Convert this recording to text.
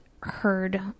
heard